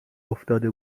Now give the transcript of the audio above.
افتاده